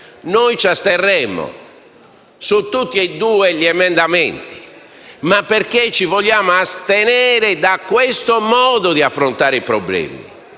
Noi ci asterremo su tutti i due gli emendamenti, perché ci vogliamo astenere da questo modo di affrontare i problemi.